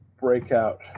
breakout